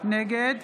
נגד